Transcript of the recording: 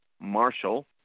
Marshall